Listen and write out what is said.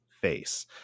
face